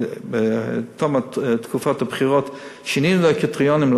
בתום תקופת הבחירות שינינו את הקריטריונים,